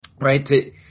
right